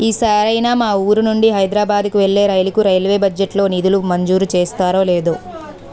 ఈ సారైనా మా వూరు నుండి హైదరబాద్ కు వెళ్ళే రైలుకు రైల్వే బడ్జెట్ లో నిధులు మంజూరు చేస్తారో లేదో